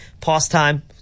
pastime